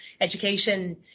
education